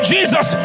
Jesus